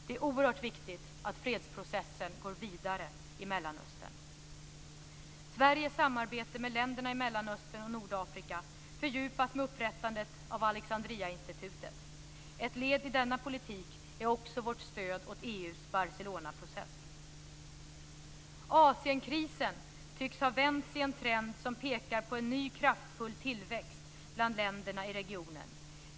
Det är oerhört viktigt att fredsprocessen går vidare i Sveriges samarbete med länderna i Mellanöstern och Nordafrika fördjupas med upprättandet av Alexandriainstitutet. Ett led i denna politik är också vårt stöd för EU:s Barcelonaprocess. Asienkrisen tycks ha vänts i en trend som pekar på en ny kraftfull tillväxt bland länderna i regionen.